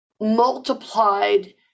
multiplied